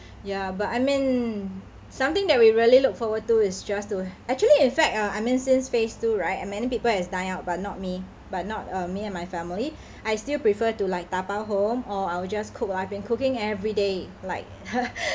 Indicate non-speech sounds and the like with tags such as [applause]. ya but I mean something that we really look forward to is just to actually in fact ah I mean since phase two right and many people has dine out but not me but not uh me and my family I still prefer to like dabao home or I will just cook I've been cooking every day like [laughs]